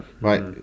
right